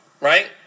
right